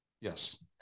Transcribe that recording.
Yes